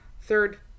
third